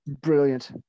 Brilliant